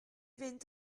fynd